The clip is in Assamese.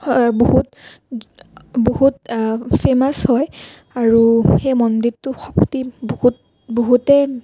বহুত বহুত ফেমাছ হয় আৰু সেই মন্দিৰটোৰ শক্তি বহুত বহুতেই